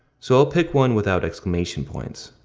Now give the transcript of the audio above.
so i'll pick one without exclamation points.